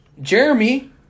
Jeremy